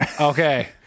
Okay